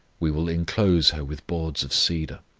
we will inclose her with boards of cedar.